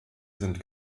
sind